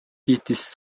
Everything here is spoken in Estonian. kiitis